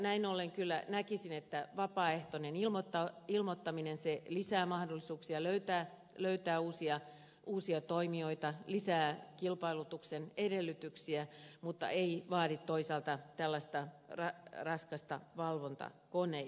näin ollen kyllä näkisin että vapaaehtoinen ilmoittaminen lisää mahdollisuuksia löytää uusia toimijoita lisää kilpailutuksen edellytyksiä mutta ei vaadi toisaalta tällaista raskasta valvontakoneistoa